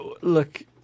Look